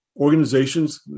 organizations